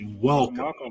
welcome